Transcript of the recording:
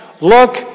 look